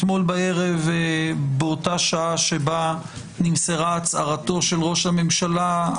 אתמול בערב באותה שעה בה נמסרה הצהרתו של ראש הממשלה,